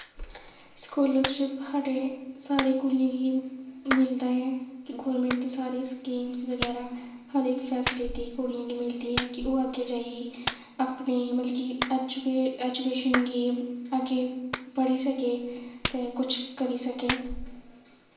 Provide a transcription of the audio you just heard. स्कूलें च कुड़ियें गी हर इक मिलदा ऐ गौरमेंट दी सारी स्कीमां बगैरा हर इक फैसिलिटी कुड़ियें गी मिलदी ऐ कि ओह् अग्गें जाई अपने मतलब कि ऐजुकेशन गी अग्गें पढ़ी सकै ते किश करी सकै